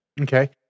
okay